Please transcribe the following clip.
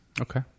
okay